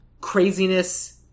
craziness